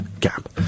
gap